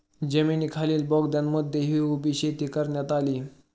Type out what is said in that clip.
जमिनीखालील बोगद्यांमध्येही उभी शेती करण्यात आली